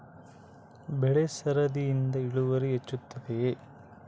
ಬೆಳೆ ಸರದಿಯಿಂದ ಇಳುವರಿ ಹೆಚ್ಚುತ್ತದೆಯೇ?